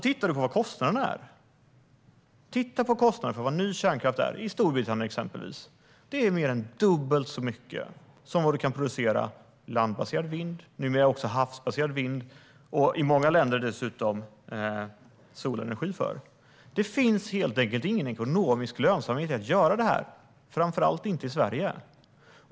Titta på vad kostnaderna är för ny kärnkraft i exempelvis Storbritannien! De är mer än dubbelt så höga som för produktion av landbaserad vind, numera havsbaserad vind och solenergi. Det finns helt enkelt ingen ekonomisk lönsamhet i detta, framför allt inte i Sverige.